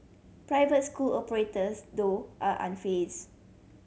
private school operators though are unfazed